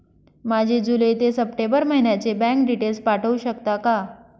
माझे जुलै ते सप्टेंबर महिन्याचे बँक डिटेल्स पाठवू शकता का?